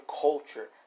culture